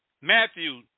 Matthew